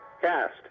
Cast